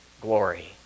glory